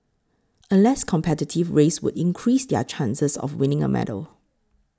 a less competitive race would increase their chances of winning a medal